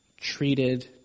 treated